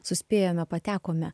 suspėjome patekome